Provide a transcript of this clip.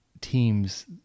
teams